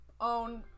own